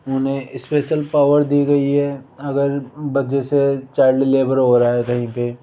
उन्हें special power दी गई है अगर जैसे चाइल्ड लेबर हो रहा है कहीं पर